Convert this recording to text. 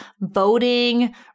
voting